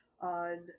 on